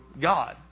God